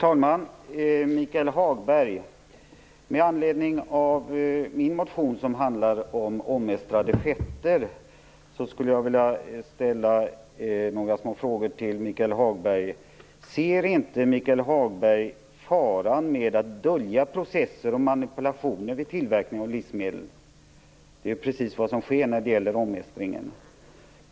Fru talman! Med anledning av min motion, som handlar om omestrade fetter, skulle jag vilja ställa några små frågor till Michael Hagberg. Ser inte Michael Hagberg faran med att dölja processer och manipulationer vid tillverkning av livsmedel? Det är precis vad som sker när det gäller omestringen.